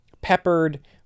peppered